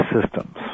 systems